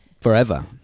forever